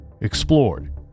explored